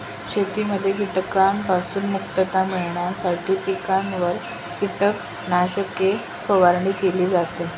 शेतीमध्ये कीटकांपासून मुक्तता मिळविण्यासाठी पिकांवर कीटकनाशके फवारणी केली जाते